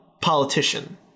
politician